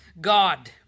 God